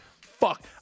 Fuck